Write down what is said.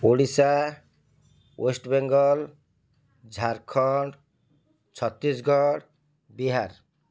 Odisha West Bengal Jharkhand Chhattisgarh Bihar